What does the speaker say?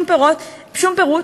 שום פירוט,